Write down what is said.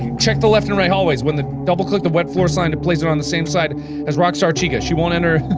check the left and right hallways when the double click the wet floor sign to place it on the same side as rockstar chicas she won't enter